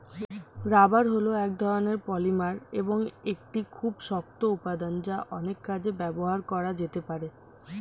rubber হল এক ধরণের পলিমার এবং একটি খুব শক্ত উপাদান যা অনেক কাজে ব্যবহার করা যেতে পারে